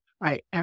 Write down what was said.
right